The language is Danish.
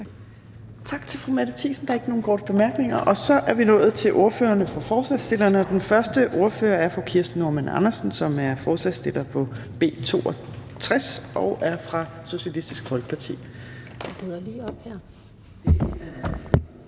Tak til fru Mette Thiesen. Der er ikke nogen korte bemærkninger. Så er vi nået til ordførerne for forslagsstillerne, og den første ordfører er fru Kirsten Normann Andersen, som er forslagsstiller på B 62 og er fra Socialistisk Folkeparti.